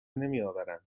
نمیآورم